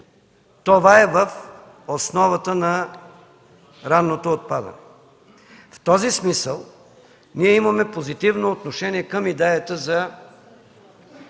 Това е в основата на ранното отпадане. В този смисъл ние имаме позитивно отношение към идеята за